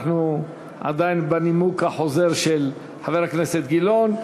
אנחנו עדיין בנימוק החוזר של חבר הכנסת גילאון.